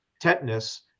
tetanus